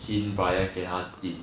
hint brian 给他 tip